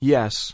Yes